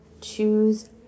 Choose